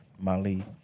Mali